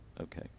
okay